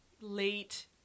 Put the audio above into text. late